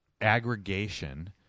aggregation